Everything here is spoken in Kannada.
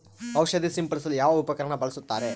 ಔಷಧಿ ಸಿಂಪಡಿಸಲು ಯಾವ ಉಪಕರಣ ಬಳಸುತ್ತಾರೆ?